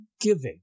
giving